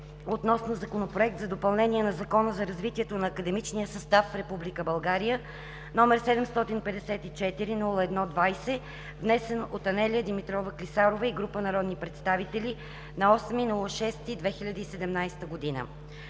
относно - Законопроект за допълнение на Закона за развитието на академичния състав в Република България, № 754-01-20, внесен от Анелия Димитрова Клисарова и група народни представители на 8 юни 2017 г.;